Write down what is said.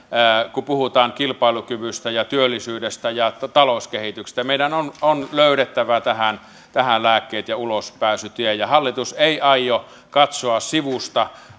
kun puhutaan kilpailukyvystä ja työllisyydestä ja talouskehityksestä ja meidän on on löydettävä tähän lääkkeet ja ulospääsytie hallitus ei aio katsoa sivusta